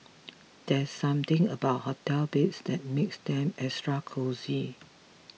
there's something about hotel beds that makes them extra cosy